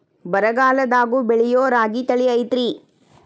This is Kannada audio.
ಬರಗಾಲದಾಗೂ ಬೆಳಿಯೋ ರಾಗಿ ತಳಿ ಐತ್ರಿ?